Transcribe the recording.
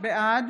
בעד